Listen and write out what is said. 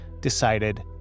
decided